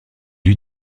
eut